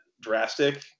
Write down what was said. drastic